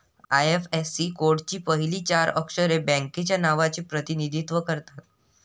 IFSC कोडची पहिली चार अक्षरे बँकेच्या नावाचे प्रतिनिधित्व करतात